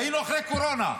והיינו אחרי קורונה,